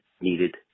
needed